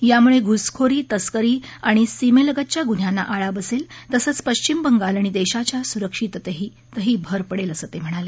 यामुळे घुसखोरी तस्करी आणि इतर सीमेलगतच्या गुन्ह्यांना आळा बसेल तसंच पश्चिम बंगाल आणि देशाच्या सुरक्षिततेतही भर पडेल असंही ते म्हणाले